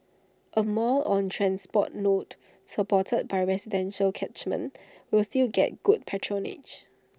A mall on transport node supported by residential catchment will still get good patronage